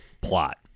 plot